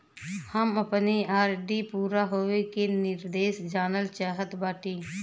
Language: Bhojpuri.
हम अपने आर.डी पूरा होवे के निर्देश जानल चाहत बाटी